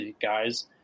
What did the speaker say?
guys